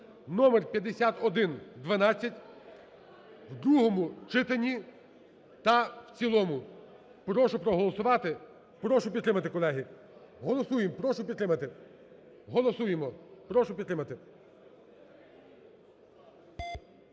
(номер 5112) в другому читанні та в цілому. Прошу проголосувати, прошу підтримати, колеги. Голосуємо. Прошу підтримати.